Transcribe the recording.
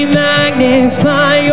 magnify